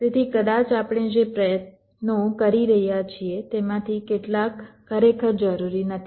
તેથી કદાચ આપણે જે પ્રયત્નો કરી રહ્યા છીએ તેમાંથી કેટલાક ખરેખર જરૂરી નથી